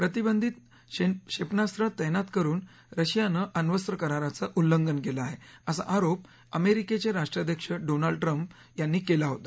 प्रतिबंधीत क्षेपणास्त्र तैनात करून रशियानं अण्वस्त्र कराराचं उल्लंघन केलं आहे असा आरोप अमेरिकेचे राष्ट्राध्यक्ष डोनाल्ड ट्रम्प यांनी केला होता